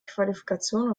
qualifikation